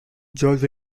george